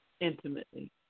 intimately